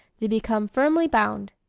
they become firmly bound.